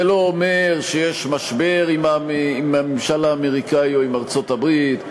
זה לא אומר שיש משבר עם הממשל האמריקני או עם ארצות-הברית,